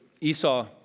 Esau